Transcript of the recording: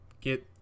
get